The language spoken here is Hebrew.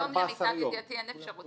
היום, למיטב ידיעתי אין אפשרות.